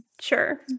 sure